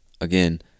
again